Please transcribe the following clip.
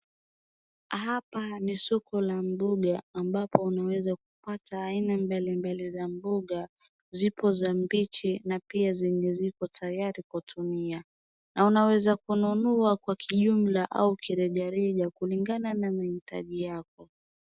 Hapa ni soko la mboga ambapo unaweza kupata aina mbalimbali za mboga. Zipo za mbichi na pia zenye ziko tayari kutumia, na unaweza kununua kwa kijumla au kirejareja kulingana na mahitaji yako.